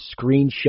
screenshot